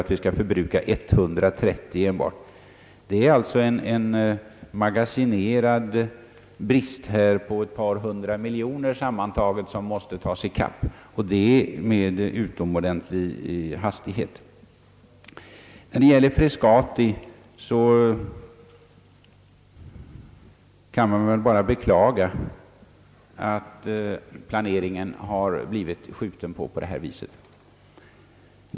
Det är de faktiska siffrorna, och det innebär alltså en magasinerad brist i utbyggnaden på sammantaget ett par hundra miljoner kronor, som måste tas igen, och detta med utomordentlig skyndsamhet. När det gäller Frescati kan man väl bara beklaga att det har skjutits på planeringen på sätt som har skett.